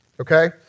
Okay